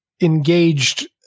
engaged